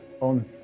on